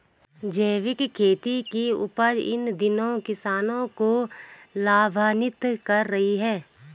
जैविक खेती की उपज इन दिनों किसानों को लाभान्वित कर रही है